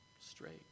straight